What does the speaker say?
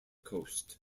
coast